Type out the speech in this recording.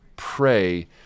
pray